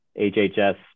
HHS